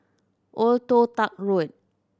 Old Toh Tuck Road